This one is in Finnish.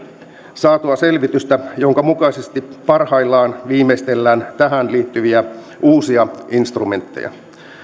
saatua selvitystä jonka mukaisesti parhaillaan viimeistellään tähän liittyviä uusia instrumentteja